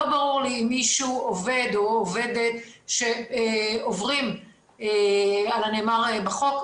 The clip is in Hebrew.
לא ברור לי אם עובד או עובדת עוברים על הנאמר בחוק,